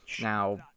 Now